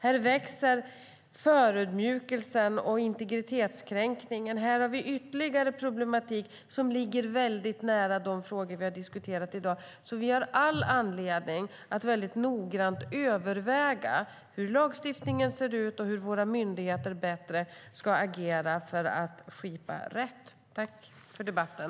Här växer förödmjukelsen och integritetskränkningen. Här har vi ytterligare problematik som ligger väldigt nära de frågor som vi har diskuterat i dag. Vi har all anledning att väldigt noggrant överväga hur lagstiftningen ser ut och hur myndigheterna bättre ska agera för att skipa rätt. Tack för debatten!